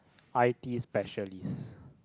i_t specialist